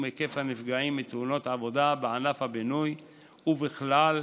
היקף הנפגעים מתאונות עבודה בענף הבינוי ובכלל,